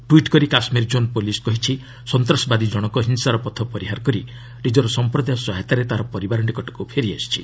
ଟ୍ପିଟ୍ କରି Kashmir zone police କହିଛି ସନ୍ତାସବାଦୀ ଜଣକ ହିଂସାର ପଥ ପରିହାର କରି ନିଜର ସଂପ୍ରଦାୟ ସହାୟତାରେ ତା'ର ପରିବାର ନିକଟକୁ ଫେରିଆସିଛି